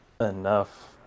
enough